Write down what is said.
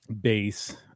base